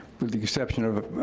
with the exception of